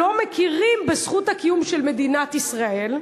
לא מכירים בזכות הקיום של מדינת ישראל,